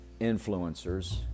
influencers